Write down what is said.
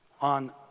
on